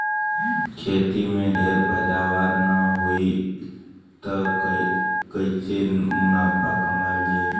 खेती में ढेर पैदावार न होई त कईसे मुनाफा कमावल जाई